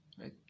right